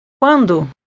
Quando